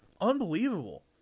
unbelievable